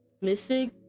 Mystic